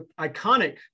iconic